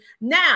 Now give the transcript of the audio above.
Now